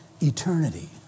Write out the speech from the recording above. eternity